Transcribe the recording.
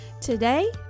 Today